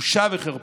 בושה וחרפה.